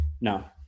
no